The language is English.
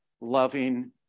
loving